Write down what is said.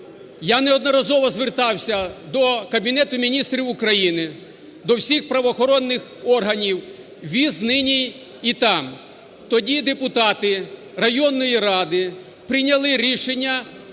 я неодноразово звертався до Кабінету Міністрів України, до всіх правоохоронних органів – віз нині і там. Тоді депутати районної ради прийняли рішення